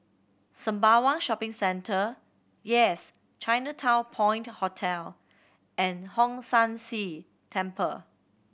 Sembawang Shopping Centre Yes Chinatown Point Hotel and Hong San See Temple